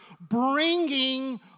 bringing